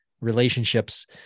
relationships